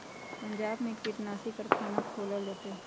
पंजाब में कीटनाशी कारखाना खोलल जतई